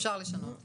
אפשר לשנות לפורסם.